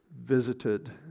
visited